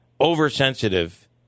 Oversensitive